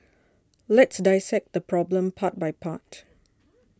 let's dissect the problem part by part